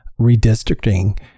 redistricting